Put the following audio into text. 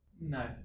No